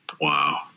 Wow